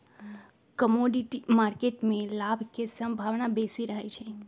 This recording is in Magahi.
कमोडिटी मार्केट में लाभ के संभावना बेशी रहइ छै